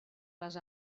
les